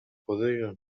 خدایا